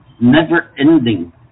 never-ending